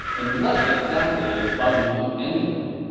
and what exactly is bugging him anyway?